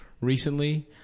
recently